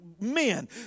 men